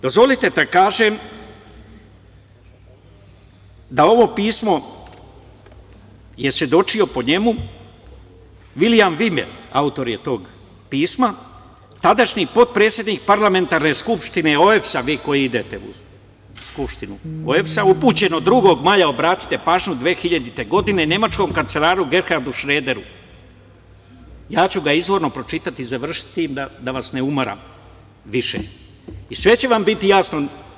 Dozvolite da kažem da ovo pismo je svedočio po njemu Vilijam Vimer, autor je tog pisma, tadašnji potpredsednik parlamentarne skupštine OEBS-a, vi koji idete u skupštinu OEBS-a, upućen 2. maja, obratite pažnju, 2000. godine, Nemačkom kancelaru Gerhardu Šrederu, ja ću ga izvorno pročitati i završiti sa tim da vas ne umaram više i sve će vam biti jasno.